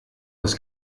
was